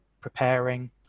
preparing